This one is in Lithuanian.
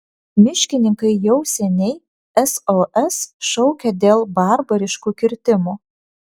miškininkai jau seniai sos šaukia dėl barbariškų kirtimų